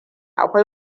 akwai